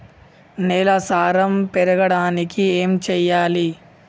నేల సారం పెరగడానికి ఏం చేయాలి?